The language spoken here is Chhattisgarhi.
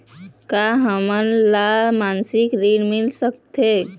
का हमन ला मासिक ऋण मिल सकथे?